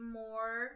more